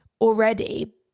already